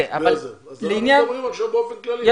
אנחנו מדברים עכשיו באופן כללי.